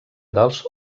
dels